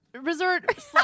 resort